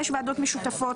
יש ועדות משותפות,